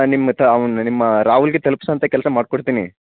ನಿಮ್ಮ ಹತ್ರ ಅವ್ನು ನಿಮ್ಮ ರಾಹುಲ್ಲಿಗೆ ತಲುಪ್ಸೋವಂತ ಕೆಲಸ ಮಾಡಿಕೊಡ್ತೀನಿ